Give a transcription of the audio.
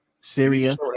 Syria